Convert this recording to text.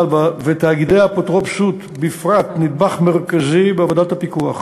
ותאגידי האפוטרופסות בפרט נדבך מרכזי בעבודת הפיקוח.